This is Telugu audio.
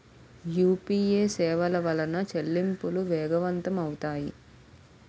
యూపీఏ సేవల వలన చెల్లింపులు వేగవంతం అవుతాయి